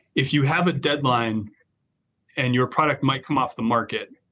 if you have a deadline and your product might come off the market,